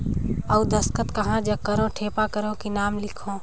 अउ दस्खत कहा जग करो ठेपा करो कि नाम लिखो?